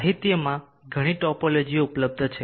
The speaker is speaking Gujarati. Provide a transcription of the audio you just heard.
સાહિત્યમાં ઘણી ટોપોલોજીઓ ઉપલબ્ધ છે